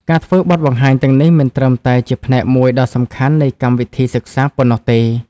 ការធ្វើបទបង្ហាញទាំងនេះមិនត្រឹមតែជាផ្នែកមួយដ៏សំខាន់នៃកម្មវិធីសិក្សាប៉ុណ្ណោះទេ។